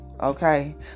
okay